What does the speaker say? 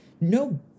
No